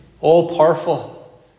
all-powerful